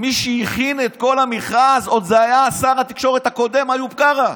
מי שהכין את כל המכרז היה שר התקשורת הקודם איוב קרא,